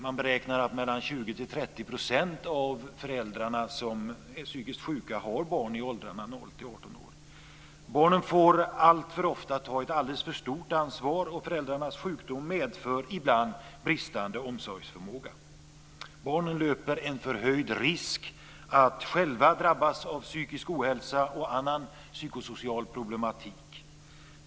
Man beräknar att mellan 20 och 30 % av de psykiskt sjuka har barn i åldrarna 0-18 år. Barnen får alltför ofta ta ett alldeles för stort ansvar, och föräldrarnas sjukdom medför ibland bristande omsorgsförmåga. Barnen löper en förhöjd risk att själva drabbas av psykisk ohälsa och annan psykosocial problematik.